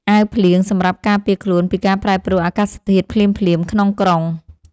អាវភ្លៀង សម្រាប់ការពារខ្លួនពីការប្រែប្រួលអាកាសធាតុភ្លាមៗក្នុងក្រុង។